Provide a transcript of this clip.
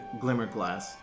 Glimmerglass